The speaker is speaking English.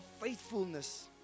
faithfulness